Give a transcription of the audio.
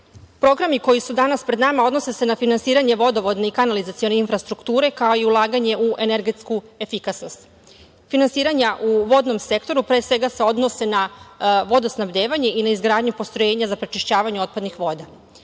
koji su danas pred nama odnose se na finansiranje vodovodne i kanalizacione infrastrukture, kao i ulaganje u energetsku efikasnost. Finansiranja u vodnom sektoru pre svega se odnose na vodosnabdevanje i na izgradnju postrojenja za prečišćavanje otpadnih voda.